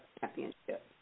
championship